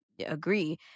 agree